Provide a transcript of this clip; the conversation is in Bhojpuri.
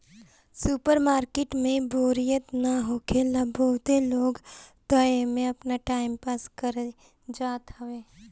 सुपर मार्किट में बोरियत ना होखेला बहुते लोग तअ एमे आपन टाइम पास करे जात हवे